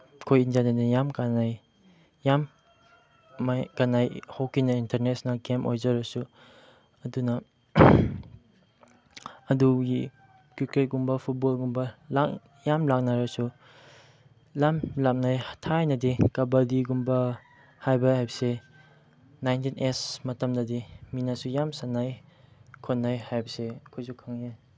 ꯑꯩꯈꯣꯏ ꯏꯟꯗꯤꯌꯥꯗꯗꯤ ꯌꯥꯝ ꯀꯥꯟꯅꯩ ꯌꯥꯝ ꯀꯥꯟꯅꯩ ꯍꯣꯀꯤꯅ ꯏꯟꯇꯔꯅꯦꯁꯅꯦꯜ ꯒꯦꯝ ꯑꯣꯏꯖꯔꯁꯨ ꯑꯗꯨꯅ ꯑꯗꯨꯒꯤ ꯀ꯭ꯔꯤꯀꯦꯠꯒꯨꯝꯕ ꯐꯨꯠꯕꯣꯜꯒꯨꯝꯕ ꯌꯥꯝ ꯂꯥꯛꯅꯔꯁꯨ ꯂꯝ ꯂꯥꯞꯅꯩ ꯊꯥꯏꯅꯗꯤ ꯀꯕꯥꯗꯤꯒꯨꯝꯕ ꯍꯥꯏꯕ ꯍꯥꯏꯕꯁꯤ ꯅꯥꯏꯟꯇꯤꯟ ꯑꯦꯖ ꯃꯇꯝꯗꯗꯤ ꯃꯤꯅꯁꯨ ꯌꯥꯝ ꯁꯥꯟꯅꯩ ꯈꯣꯠꯅꯩ ꯍꯥꯏꯕꯁꯤ ꯑꯩꯈꯣꯏꯁꯨ ꯈꯪꯉꯤ